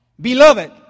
beloved